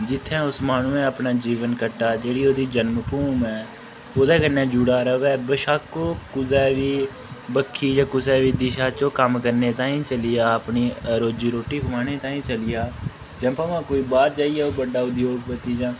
जित्थै ओस माह्नू ने अपना जीवन कट्टा जेह्दी ओह्दी जन्म भूम ऐ ओह्दे कन्नै जुड़ै रवै बेशक्क ओह् कुदै बी बक्खी जां कुसै बी दिशा च ओह् कम्म करने ताईं चली जा अपनी रोजी रोटी कमाने ताईं चली जा जां भामें कोई बाह्र जाइयै बड्डा उद्योगपति जां